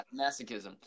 masochism